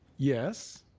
yes,